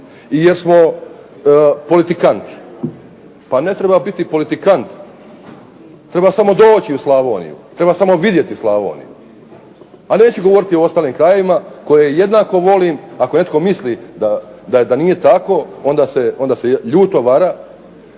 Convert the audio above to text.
i jer smo politikanti. Pa ne treba biti politikant, treba samo doći u Slavoniju, treba samo vidjeti Slavoniju. A neću govoriti o ostalim krajevima koje jednako volim. Ako netko misli da nije tako, onda se ljuto vara.